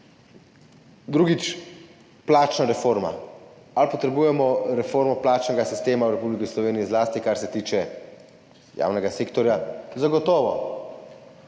Drugič, plačna reforma. Ali potrebujemo reformo plačnega sistema v Republiki Sloveniji, zlasti kar se tiče javnega sektorja? Zagotovo.